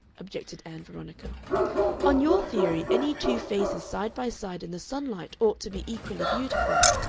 objected ann veronica on your theory any two faces side by side in the sunlight ought to be equally beautiful.